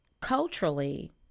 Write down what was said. culturally